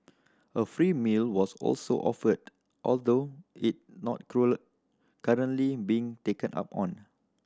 a free meal was also offered although it not currently being taken up on